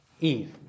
Eve